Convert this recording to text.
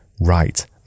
right